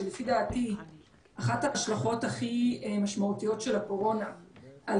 שלפי דעתי אחת ההשלכות הכי משמעותיות של הקורונה על